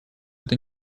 это